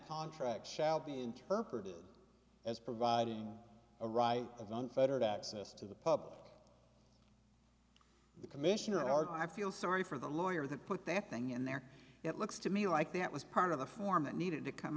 contract shall be interpreted as providing a right of unfettered access to the public the commissioner of art i feel sorry for the lawyer that put that thing in there it looks to me like that was part of the form it needed to come